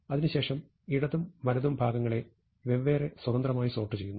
അതിനു ശേഷം ഇടതും വലതും ഭാഗങ്ങളെ വെവ്വേറെ സ്വതന്ത്രമായി സോർട്ട് ചെയ്യുന്നു